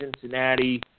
Cincinnati